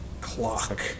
Clock